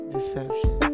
Deception